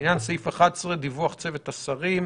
לעניין סעיף 11 דיווח צוות השרים.